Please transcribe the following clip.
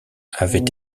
avait